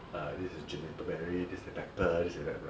ah this is juniper berry this is pepper this is what what